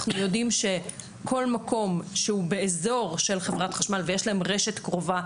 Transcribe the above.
אנחנו יודעים שכל מקום שהוא באזור של חברת חשמל ויש להם רשת קרובה,